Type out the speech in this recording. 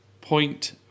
point